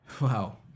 Wow